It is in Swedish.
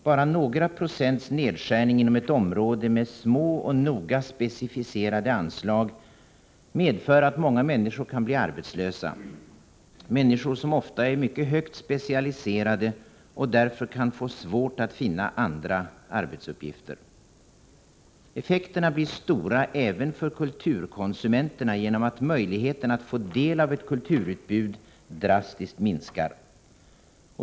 Bara några procents nedskärning inom ett område med små och noga specificerade anslag medför att många människor kan bli arbetslösa, människor som ofta är mycket högt specialiserade och därför kan få svårt att finna andra arbetsuppgifter. Effekterna blir stora även för kulturkonsumenterna genom att möjligheterna att få del av ett kulturutbud drastiskt minskar.